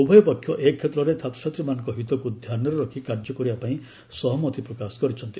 ଉଭୟପକ୍ଷ ଏ କ୍ଷେତ୍ରରେ ଛାତ୍ରଛାତ୍ରୀମାନଙ୍କ ହିତକୁ ଧ୍ୟାନରେ ରଖି କାର୍ଯ୍ୟ କରିବା ପାଇଁ ସହମତି ପ୍ରକାଶ କରିଛନ୍ତି